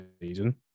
season